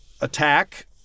attack